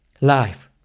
life